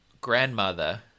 grandmother